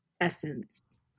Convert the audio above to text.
essence